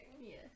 Yes